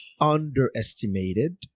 underestimated